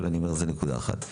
אבל אני אומר זו נקודה אחת.